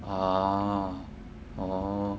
orh oh